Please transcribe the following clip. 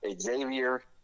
Xavier